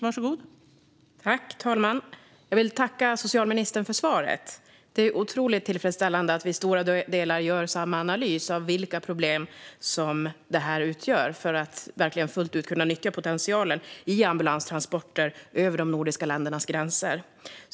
Fru talman! Jag vill tacka socialministern för svaret. Det är otroligt tillfredsställande att vi till stora delar gör samma analys av vilka problem det är som gör att vi inte fullt ut kan nyttja potentialen i ambulanstransporter över de nordiska ländernas gränser.